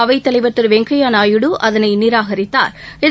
அவைத்தலைவா் திருவெங்கையாநாயுடு அதனைநிராகரித்தாா்